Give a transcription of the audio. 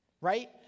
right